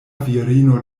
virino